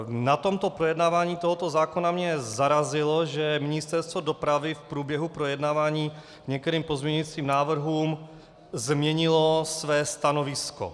Na projednávání tohoto zákona mě zarazilo, že Ministerstvo dopravy v průběhu projednávání k některým pozměňovacím návrhům změnilo své stanovisko.